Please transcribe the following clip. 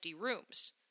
rooms